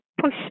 push